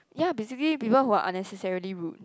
ya basically people who are unnecessarily rude